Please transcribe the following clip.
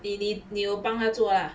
你你你有帮他做 lah